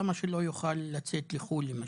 למה שלא יוכל לצאת לחו"ל למשל?